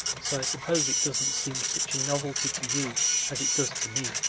so i suppose it doesn't seem such a novelty to you as it does to me.